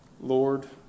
Lord